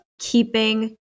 keeping